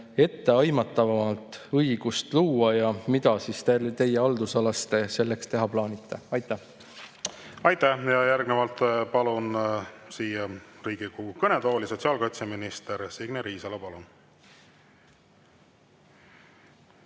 etteaimatavamat õigust luua? Ja mida te oma haldusalas selleks teha plaanite? Aitäh! Aitäh! Järgnevalt palun siia Riigikogu kõnetooli sotsiaalkaitseminister Signe Riisalo. Palun!